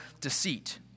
deceit